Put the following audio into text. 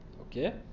Okay